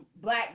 black